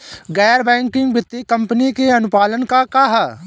गैर बैंकिंग वित्तीय कंपनी के अनुपालन का ह?